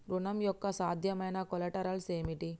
ఋణం యొక్క సాధ్యమైన కొలేటరల్స్ ఏమిటి?